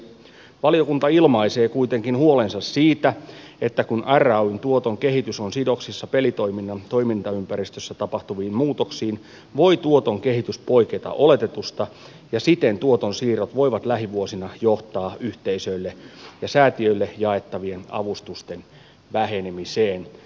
valiokunta ilmaisee kuitenkin huolensa siitä että kun rayn tuoton kehitys on sidoksissa pelitoiminnan toimintaympäristössä tapahtuviin muutoksiin voi tuoton kehitys poiketa oletetusta ja siten tuoton siirrot voivat lähivuosina johtaa yhteisöille ja säätiöille jaettavien avustusten vähenemiseen